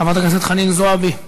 חברת הכנסת חנין זועבי,